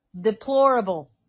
Deplorable